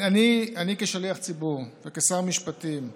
אני כשליח ציבור וכשר משפטים,